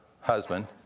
husband